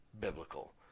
biblical